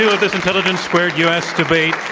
of this intelligence squared u. s. debate,